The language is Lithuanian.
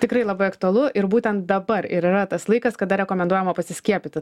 tikrai labai aktualu ir būtent dabar ir yra tas laikas kada rekomenduojama pasiskiepyti